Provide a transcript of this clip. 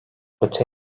öte